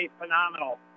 Phenomenal